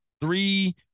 three